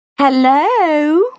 Hello